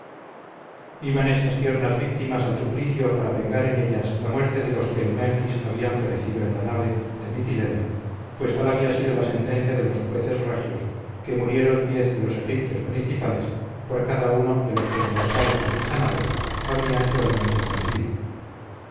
iban estas tiernas víctimas al suplicio para vengar en ellas la muerte de los que en menfis habían perecido en la nave de mitilene pues tal había sido la sentencia de los jueces regios que murieran diez de los egipcios principales por cada uno de los que embarcados en dicha nave habían cruelmente fenecida